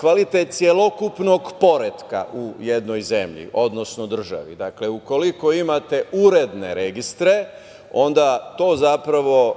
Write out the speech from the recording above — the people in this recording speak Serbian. kvalitet celokupnog poretka u jednoj zemlji, odnosno državi. Dakle, ukoliko imate uredne registre, onda to zapravo